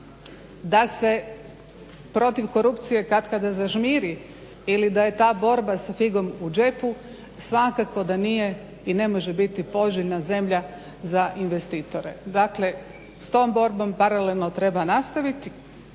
da se protiv korupcije katkada zažmiri ili da je ta borba sa figom u džepu svakako da nije i ne može biti poželjna zemlja za investitore. Dakle s tom borbom paralelno treba nastaviti.